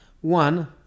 One